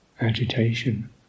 agitation